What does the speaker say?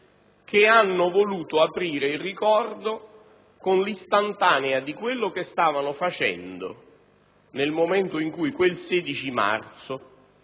che hanno voluto aprire il ricordo con un'istantanea di quello che stavano facendo nel momento in cui, quel 16 marzo,